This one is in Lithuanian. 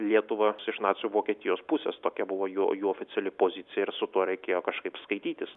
lietuvą su iš nacių vokietijos pusės tokia buvo jų jų oficiali pozicija ir su tuo reikėjo kažkaip skaitytis